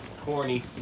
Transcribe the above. Corny